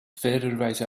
fairerweise